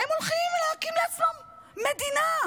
הם הולכים להקים לעצמם מדינה.